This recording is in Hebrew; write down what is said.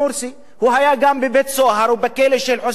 הוא היה גם בבית-סוהר, בכלא של חוסני מובארק,